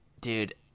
dude